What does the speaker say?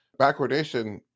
Backwardation